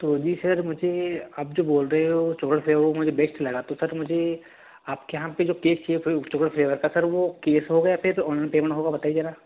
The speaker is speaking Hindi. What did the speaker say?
तो जी सर मुझे आप जो बोल रहे हो चोकलेट फ्लेवर वह मुझे बेस्ट लगा तो सर मुझे आपके यहाँ पर जो केक शेप है चोकलेट फ्लेवर का सर वह कैश हो गया पे तो ऑनलाइन पेमेंट होगा बताइए ज़रा